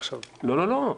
לא, לא, לא.